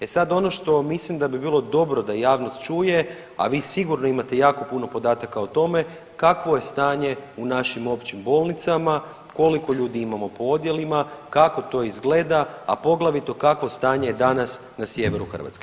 E sad ono što mislim da bi bilo dobro da javnost čuje, a vi sigurno imate jako puno podatka o tome, kakvo je stanje u našim općim bolnicama, koliko ljudi imamo po odjelima, kako to izgleda, a poglavito kako je stanje danas na sjeveru Hrvatske?